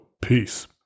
Peace